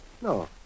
No